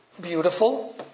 beautiful